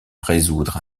résoudre